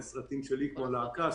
סרטים שלי כמו הלהקה,